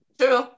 True